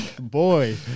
Boy